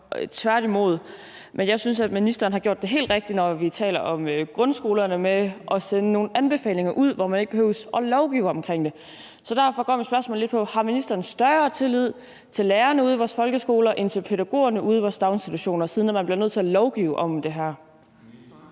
tværtimod, men jeg synes, at ministeren har gjort det helt rigtigt, når vi taler om grundskolerne, ved at sende nogle anbefalinger ud, hvor man ikke behøver at lovgive omkring det. Så derfor går mit spørgsmål lige på: Har ministeren større tillid til lærerne ude i vores folkeskoler end til pædagogerne ude i vores daginstitutioner, siden man bliver nødt til at lovgive om det her?